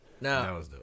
No